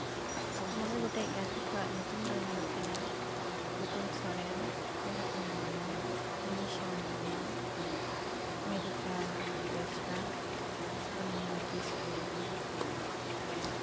ᱢᱚᱬᱮ ᱜᱚᱴᱮᱱ ᱜᱟᱛᱮ ᱠᱚᱣᱟᱜ ᱧᱩᱛᱩᱢ ᱫᱚ ᱦᱩᱭᱩᱜ ᱠᱟᱱᱟ ᱯᱩᱛᱩᱞ ᱥᱚᱨᱮᱱ ᱠᱚᱱᱤᱠᱟ ᱢᱩᱨᱢᱩ ᱢᱚᱱᱤᱥᱟ ᱢᱩᱨᱢᱩ ᱢᱮᱨᱤᱠᱟ ᱵᱮᱥᱨᱟ ᱥᱳᱱᱟᱢᱩᱱᱤ ᱠᱤᱥᱠᱩ